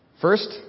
First